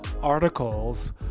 articles